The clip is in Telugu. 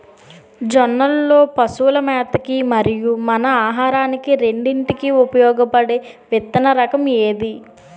జొన్నలు లో పశువుల మేత కి మరియు మన ఆహారానికి రెండింటికి ఉపయోగపడే విత్తన రకం ఏది?